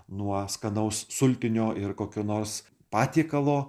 nuo skanaus sultinio ir kokio nors patiekalo